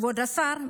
כבוד השר?